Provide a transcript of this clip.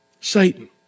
Satan